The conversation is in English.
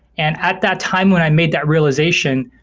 and at that time when i made that realization,